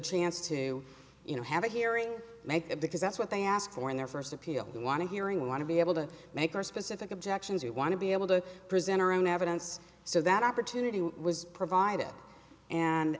chance to you know have a hearing make it because that's what they ask for in their first appeal they want to hearing we want to be able to make their specific objections we want to be able to present our own evidence so that opportunity was provided and